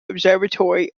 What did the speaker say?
observatory